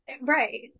Right